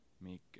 make